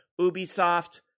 Ubisoft